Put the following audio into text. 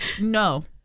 No